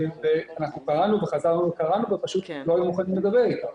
אנחנו קראנו וחזרנו וקראנו לכך אבל פשוט לא היו מוכנים לדבר אתנו.